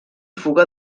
fuga